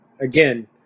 again